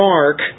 Mark